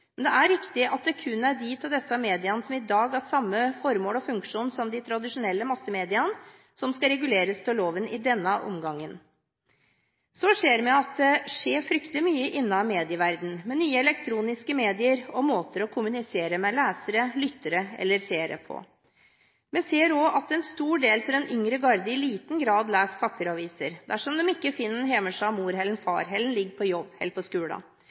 Men det er riktig at det kun er de av disse mediene som i dag har samme formål og funksjon som de tradisjonelle massemediene, som skal reguleres av loven i denne omgangen. Så ser vi at det skjer fryktelig mye innen medieverdenen med nye elektroniske medier og måter å kommunisere med lesere, lyttere eller seere på. Vi ser også at en stor del av den yngre garde i liten grad leser papiraviser, dersom de ikke finner den hjemme hos a’mor eller n’far, eller den ligger på jobb eller på